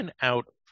out